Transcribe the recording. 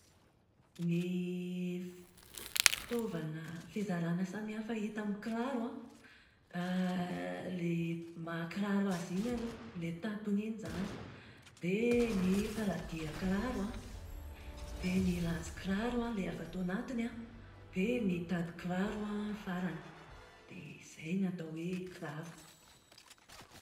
Ny fitaovana fizarana samihafa hita amin'ny kiraro an, ilay mahakiraro azy iny aloha, ilay tampony iny izany. Dia ny faladian-kiraro an, dia ny latsin-kiraro ilay avy ato anatiny an. Dia ny tadin-kiraro an, farany. Dia izay ny atao hoe kiraro.